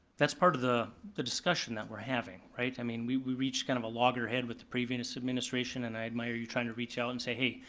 that's part of the the discussion that we're having, right? i mean we've reached kind of a loggerhead with the previous administration and i admire you trying to reach out and say hey,